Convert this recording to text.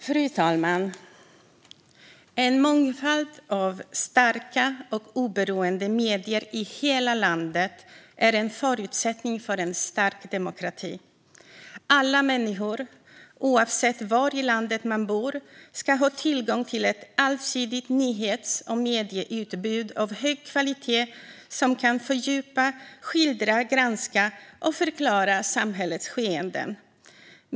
Fru talman! En mångfald av starka och oberoende medier i hela landet är en förutsättning för en stark demokrati. Alla människor, oavsett var i landet de bor, ska ha tillgång till ett allsidigt nyhets och medieutbud av hög kvalitet som kan fördjupa, skildra, granska och förklara samhällets skeenden.